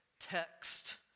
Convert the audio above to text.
text